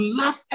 love